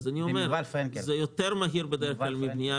זה בדרך כלל מהיר יותר מבנייה רגילה,